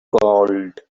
gold